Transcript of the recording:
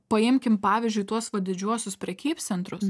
paimkim pavyzdžiui tuos va didžiuosius prekybcentrius